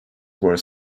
where